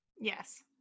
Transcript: Yes